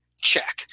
check